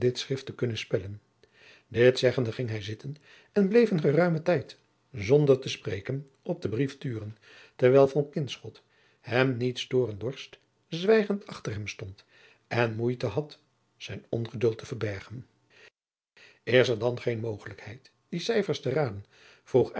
te kunnen spellen dit zeggende ging hij zitten en bleef een geruimen tijd zonder te spreken op den brief turen terwijl van kinschot die hem niet stooren dorst zwijgend achter hem stond en moeite had zijn ongeduld te verbergen is er dan geen mogelijkheid die cijfers te raden vroeg